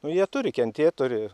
nu jie turi kentėt turi